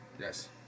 Yes